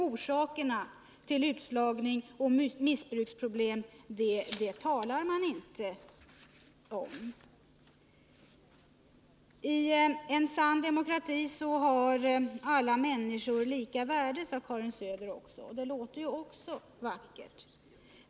Orsakerna till utslagning och missbruksproblem talar man inte om. I en sann demokrati har alla människor lika värde, sade Karin Söder vidare. Och det låter också vackert.